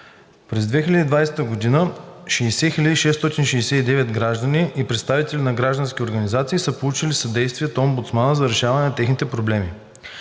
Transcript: През 2020 г. 60 669 граждани и представители на граждански организации са получили съдействие от омбудсмана за решаване на техните проблеми.